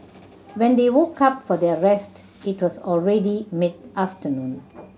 when they woke up for their rest it was already mid afternoon